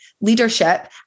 leadership